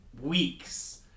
weeks